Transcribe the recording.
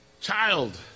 Child